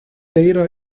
data